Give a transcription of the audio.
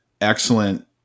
excellent